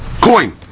coin